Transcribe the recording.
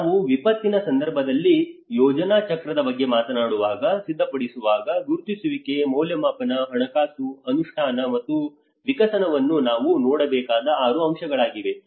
ನಾವು ವಿಪತ್ತಿನ ಸಂದರ್ಭದಲ್ಲಿ ಯೋಜನಾ ಚಕ್ರದ ಬಗ್ಗೆ ಮಾತನಾಡುವಾಗ ಸಿದ್ದಪಡಿಸುವಾಗ ಗುರುತಿಸುವಿಕೆ ಮೌಲ್ಯಮಾಪನ ಹಣಕಾಸು ಅನುಷ್ಠಾನ ಮತ್ತು ವಿಕಸನವನ್ನು ನಾವು ನೋಡಬೇಕಾದ 6 ಅಂಶಗಳಾಗಿವೆ